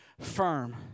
firm